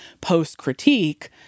post-critique